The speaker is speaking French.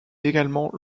également